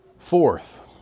Fourth